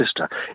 sister